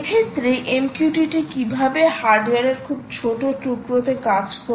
এক্ষেত্রে MQTT কিভাবে হার্ডওয়ারের খুব ছোট টুকরো তে কাজ করে